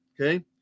okay